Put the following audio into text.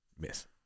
miss